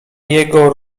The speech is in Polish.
jego